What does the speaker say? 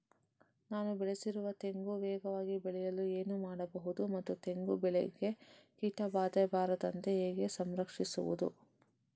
ನಾನು ಬೆಳೆಸಿರುವ ತೆಂಗು ವೇಗವಾಗಿ ಬೆಳೆಯಲು ಏನು ಮಾಡಬಹುದು ಮತ್ತು ತೆಂಗು ಬೆಳೆಗೆ ಕೀಟಬಾಧೆ ಬಾರದಂತೆ ಹೇಗೆ ಸಂರಕ್ಷಿಸುವುದು?